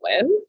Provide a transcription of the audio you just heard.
win